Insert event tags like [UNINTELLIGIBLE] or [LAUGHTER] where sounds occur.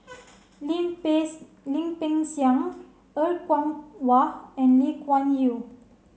Lim [UNINTELLIGIBLE] Lim Peng Siang Er Kwong Wah and Lee Kuan Yew